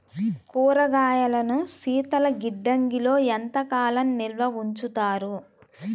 కూరగాయలను శీతలగిడ్డంగిలో ఎంత కాలం నిల్వ ఉంచుతారు?